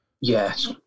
Yes